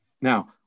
Now